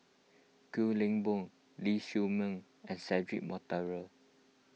Kwek Leng Beng Ling Siew May and Cedric Monteiro